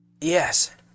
Yes